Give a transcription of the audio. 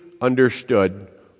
understood